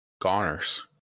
goners